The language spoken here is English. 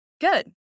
Good